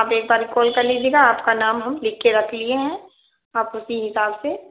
आप एक बार काल कर लीजिएगा आपका नाम हम लिख कर रख लिए हैं आप उसी हिसाब से